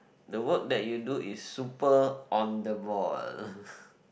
the work that you do is super on the ball